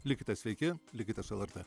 likite sveiki likite su lrt